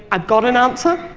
i've got an answer,